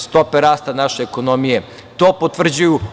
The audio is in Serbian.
Stope rasta naše ekonomije to potvrđuju.